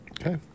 Okay